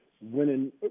winning